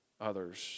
others